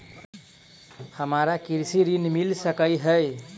हमरा कृषि ऋण मिल सकै है?